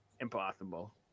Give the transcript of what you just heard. impossible